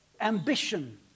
ambition